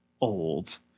old